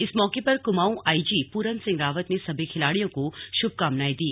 इस मौके पर कुमाऊं आईजी पूरन सिंह रावत ने सभी खिलाड़ियों को शुभकामनाएं दी